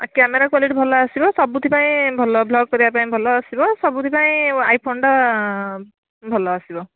ଆ camera quality ଭଲ ଆସିବ ସବୁଥିପାଇଁ ଭଲ ବ୍ଲଗ କରିବା ପାଇଁ ଭଲ ଆସିବ ସବୁଥିପାଇଁ ଆଇଫୋନ୍ଟା ଭଲ ଆସିବ